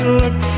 look